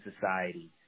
society